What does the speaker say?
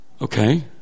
Okay